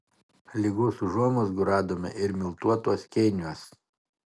ligos užuomazgų radome ir miltuotuos kėniuos